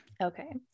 Okay